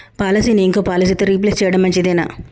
పాలసీని ఇంకో పాలసీతో రీప్లేస్ చేయడం మంచిదేనా?